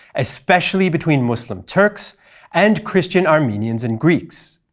especially between muslim turks and christian armenians and greeks.